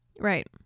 Right